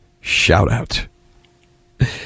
shout-out